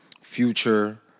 Future